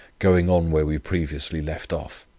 going on where we previously left off.